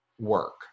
work